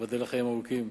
ייבדל לחיים ארוכים.